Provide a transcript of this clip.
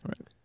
Right